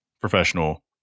professional